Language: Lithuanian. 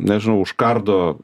nežinau užkardo